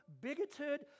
bigoted